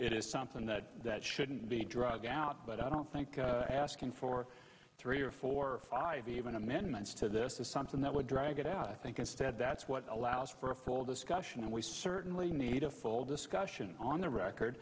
is something that shouldn't be drug out but i don't think asking for three or four or five even amendments to this is something that would drag it out i think instead that's what allows for a full discussion and we certainly need a full discussion on the record